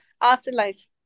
afterlife